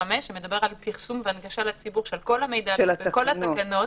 5 שמדבר על פרסום והנגשה לציבור של כל המידע בכל התקנות,